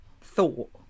thought